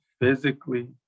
Physically